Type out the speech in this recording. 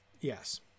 Yes